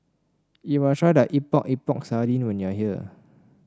you must try the Epok Epok Sardin when you are here